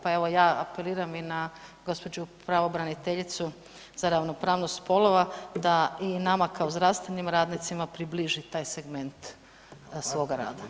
Pa evo ja apeliram i na gospođu pravobraniteljicu za ravnopravnost spolova da i nama kao zdravstvenim radnicima približi taj segment svog rada.